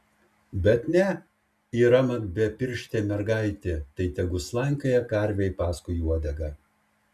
bet ne yra mat bepirštė mergaitė tai tegu slankioja karvei paskui uodegą